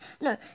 no